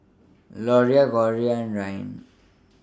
Liliana Gloria and Ryne